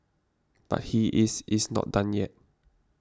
but he is is not done yet